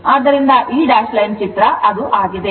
ಆದ್ದರಿಂದ ಈ dash line ಚಿತ್ರ ಆಗಿದೆ